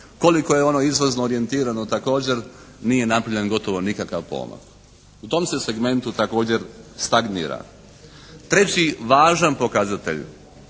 koliko je ono izvozno orijentirano također nije napravljen gotovo nikakav pomak. U tom se segmentu također stagnira. Treći važan pokazatelj